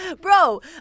bro